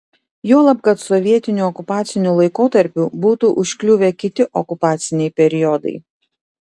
juolab kad sovietiniu okupaciniu laikotarpiu būtų užkliuvę kiti okupaciniai periodai